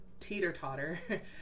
teeter-totter